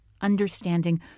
understanding